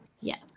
Yes